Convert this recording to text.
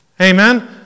Amen